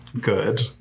good